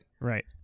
Right